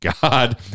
God